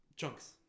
Chunks